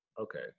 okay